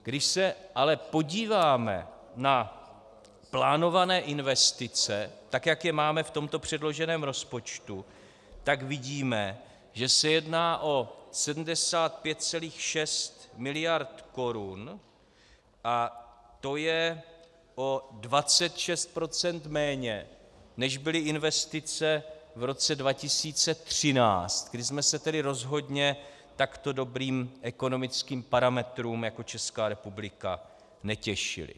Když se ale podíváme na plánované investice, tak jak je máme v tomto předloženém rozpočtu, tak vidíme, že se jedná o 75,6 mld. korun, a to je o 26 % méně, než byly investice v roce 2013, kdy jsme se tedy rozhodně takto dobrým ekonomickým parametrům jako Česká republika netěšili.